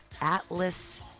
Atlas